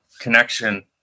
connection